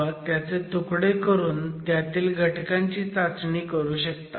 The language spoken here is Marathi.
किंवा त्याचे तुकडे करून त्यातील घटकांची चाचणी करू शकता